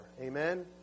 Amen